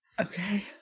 Okay